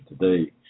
today